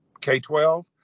K-12